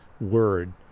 word